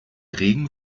regen